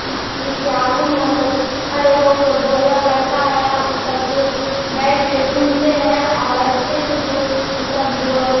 اس اس کے آگے میں مطلب کھڑے ہو کو بولنا پڑتا ہے وہ سب جو بیٹھ کے سنتے ہیں اور اچھے سے جو اس سب جو